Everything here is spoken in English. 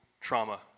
trauma